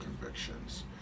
convictions